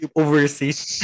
overseas